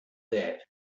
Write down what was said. that